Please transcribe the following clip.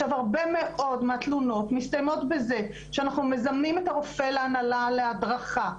הרבה מאוד מהתלונות מסתיימות בזה שאנחנו מזמנים את הרופא להנהלה להדרכה,